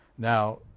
Now